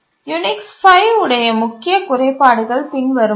Unix 5 உடைய முக்கிய குறைபாடுகள் பின்வருமாறு